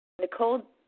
Nicole